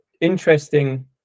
interesting